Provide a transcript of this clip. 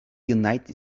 united